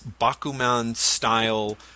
Bakuman-style